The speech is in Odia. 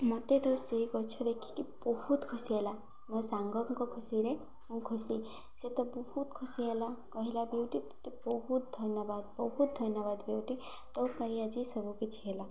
ମୋତେ ତ ସେଇ ଗଛ ଦେଖିକି ବହୁତ ଖୁସି ହେଲା ମୋ ସାଙ୍ଗଙ୍କ ଖୁସିରେ ମୁଁ ଖୁସି ସେ ତ ବହୁତ ଖୁସି ହେଲା କହିଲା ବିଉଟି ତୋତେ ବହୁତ ଧନ୍ୟବାଦ ବହୁତ ଧନ୍ୟବାଦ ବିଉଟି ତୋ' ପାଇଁ ଆଜି ସବୁକିଛି ହେଲା